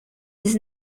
his